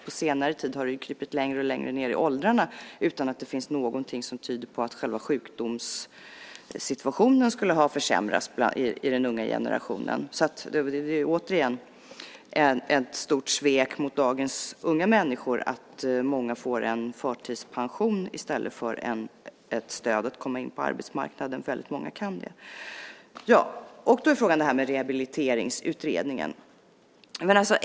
På senare tid har det krupit allt längre ned i åldrarna utan att det finns någonting som tyder på att själva sjukdomssituationen skulle ha försämrats hos den unga generationen, så det är återigen ett stort svek mot dagens unga människor att de, som många får, får förtidspension i stället för ett stöd för att komma in på arbetsmarknaden trots att väldigt många kan det. Sedan har vi frågan om rehabiliteringsutredningen.